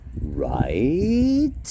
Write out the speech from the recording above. Right